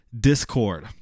discord